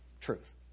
truth